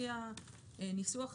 לפי הניסוח הזה,